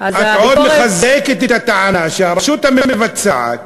אז את עוד מחזקת את הטענה שהרשות המבצעת